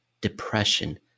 depression